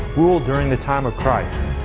ruled during the time of christ.